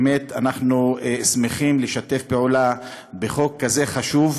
באמת אנחנו שמחים לשתף פעולה בחוק כזה חשוב.